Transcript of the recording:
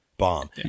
Bomb